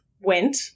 went